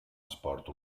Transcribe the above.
esport